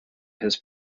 his